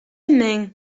мең